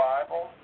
Bible